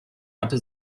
hatte